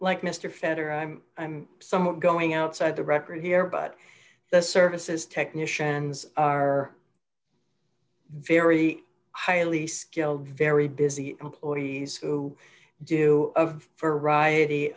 like mr fetter i'm i'm somewhat going outside the record here but the services technicians are very highly skilled very busy employees who do of